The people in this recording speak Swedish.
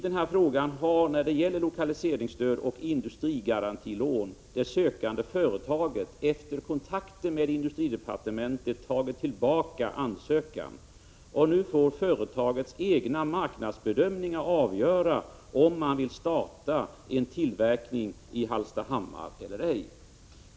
Beträffande lokaliseringsstöd och industrigarantilån i detta fall har det sökande företaget efter kontakter med industridepartementet tagit tillbaka ansökan. Nu får företagets egna marknadsbedömningar avgöra om man vill starta en tillverkning i Hallstahammar eller ej.